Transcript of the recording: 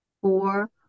four